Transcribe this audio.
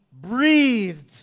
breathed